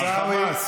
בסדר, ברור.